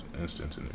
instance